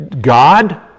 God